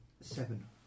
seven